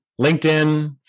LinkedIn